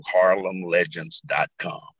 harlemlegends.com